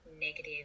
negative